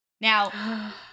now